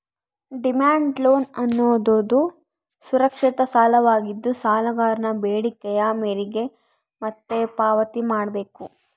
demand loan ಅನ್ನೋದುದು ಸುರಕ್ಷಿತ ಸಾಲವಾಗಿದ್ದು, ಸಾಲಗಾರನ ಬೇಡಿಕೆಯ ಮೇರೆಗೆ ಮತ್ತೆ ಪಾವತಿ ಮಾಡ್ಬೇಕು